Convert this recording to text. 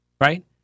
right